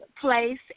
place